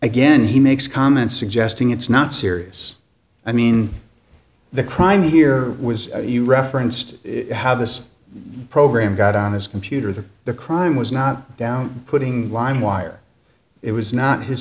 again he makes comments suggesting it's not serious i mean the crime here was you referenced how this program got on his computer that the crime was not down putting lime wire it was not his